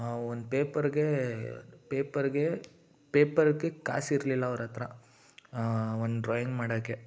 ಒಂದು ಪೇಪರ್ಗೇ ಪೇಪರ್ಗೆ ಪೇಪರ್ಗೆ ಕಾಸು ಇರಲಿಲ್ಲ ಅವರತ್ರ ಒಂದು ಡ್ರಾಯಿಂಗ್ ಮಾಡೋಕ್ಕೆ